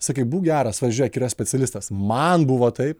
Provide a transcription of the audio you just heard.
sakyk būk geras va žiūrėk yra specialistas man buvo taip